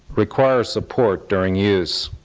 require support during use.